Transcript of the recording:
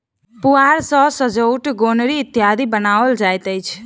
पुआर सॅ सजौट, गोनरि इत्यादि बनाओल जाइत अछि